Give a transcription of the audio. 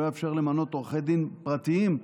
ולא יאפשר למנות עורכי דין פרטיים.